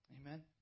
Amen